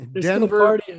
Denver